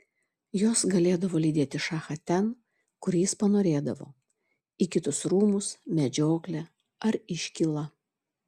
jos galėdavo lydėti šachą ten kur jis panorėdavo į kitus rūmus medžioklę ar iškylą